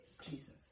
Jesus